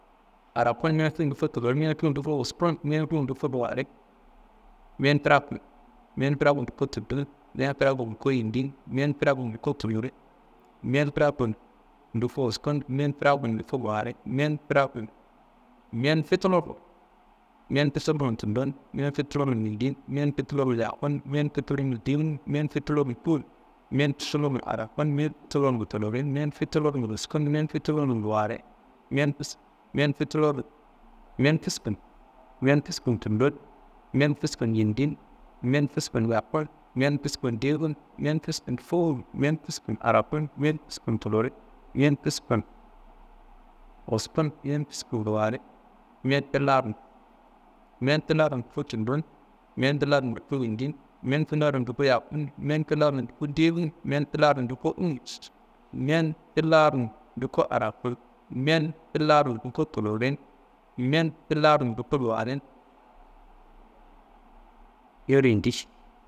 Aa geddo misancei. Wette safun ti aw gedeged kadaro amba, nduna adiro callo tullum, krumma tawuniya coro sardugu bundo gede te tittiyi ngayoro killafe, nduna kali laso, «hesitation » bu laso, bundo aa la gede maa gegesuruwu laso, ngayiyo maa cili bo, safunin tullima citili, safunni adi kidangu. Wette angu tiyi kidayi kunna ngudowoya nguwu kossu tartuwu dayi bo. «hesitation » wette na, awo kuna na njirayin jili misan kadawuyediwa ngayo adi sabunniyi kidangu «hesitation » akedi wette sabun ti, kuna sabun ca omo gulleiadi tinye aa tulleyi ti tiyi kambero guro lerumbowayi, kuna kulko dowo tin tulcei, kaayowowayi tin tulliyi, safun tukulla ndaku mborimia anumma kalewu sallo cili safunni adi kidangu